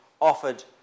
offered